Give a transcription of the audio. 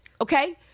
okay